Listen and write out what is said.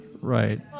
Right